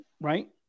Right